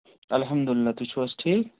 الحَمدُالِلّہ تُہۍ چھِو حظ ٹھیٖک